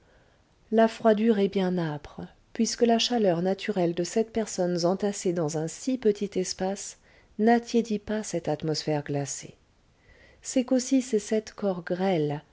la froidure est bien âpre puisque la chaleur naturelle de sept personnes entassées dans un si petit espace n'attiédit pas cette atmosphère glacée c'est qu'aussi ces sept corps grêles